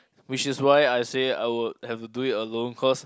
which is why I say I would have to do it alone cause